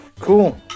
Cool